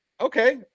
okay